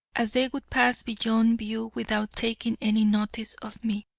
as they would pass beyond view without taking any notice of me.